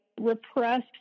repressed